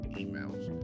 emails